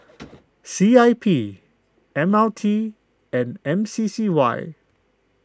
C I P M R T and M C C Y